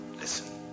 Listen